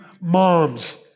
moms